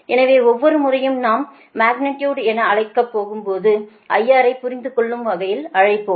எனவே ஒவ்வொரு முறையும் நான் மக்னிடியுடு என அழைக்காதபோது IR ஐ புரிந்துகொள்ளும் வகையில் அழைப்பேன்